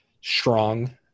strong